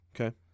Okay